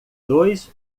dois